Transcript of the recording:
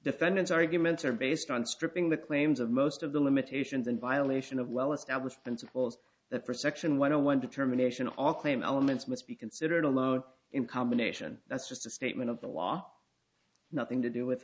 defendants arguments are based on stripping the claims of most of the limitations in violation of well established principles that for section one a one determination all claim elements must be considered alone in combination that's just a statement of the law nothing to do with